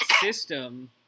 system